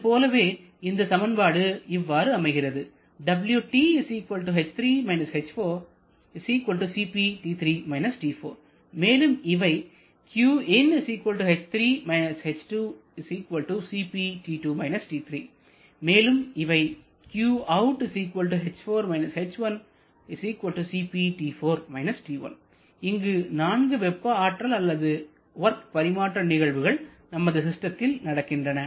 இது போலவே இந்த சமன்பாடு இவ்வாறு ஆகிறது மேலும் இவை மேலும் இவை இங்கு 4 வெப்ப ஆற்றல் அல்லது வொர்க் பரிமாற்ற நிகழ்வுகள் நமது சிஸ்டத்தில் நடக்கின்றன